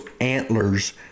antlers